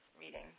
reading